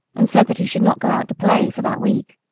and said that he should not go out to play for that week.